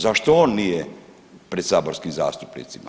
Zašto on nije pred saborskim zastupnicima?